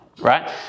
Right